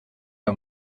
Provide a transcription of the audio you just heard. aya